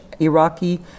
Iraqi